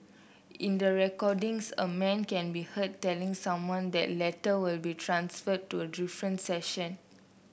in the recordings a man can be heard telling someone that the latter will be transferred to a different section